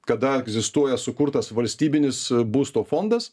kada egzistuoja sukurtas valstybinis būsto fondas